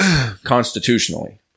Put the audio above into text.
constitutionally